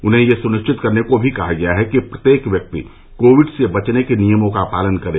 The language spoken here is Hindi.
उन्हें यह सुनिश्चित करने को भी कहा गया है कि प्रत्येक व्यक्ति कोविड से बचने के नियमों का पालन करे